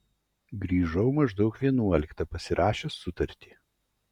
grįžau maždaug vienuoliktą pasirašęs sutartį